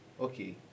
Okay